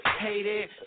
hated